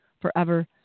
forever